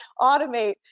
automate